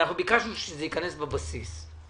ביקשנו שזה ייכנס בבסיס.